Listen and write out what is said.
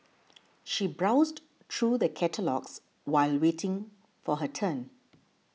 she browsed through the catalogues while waiting for her turn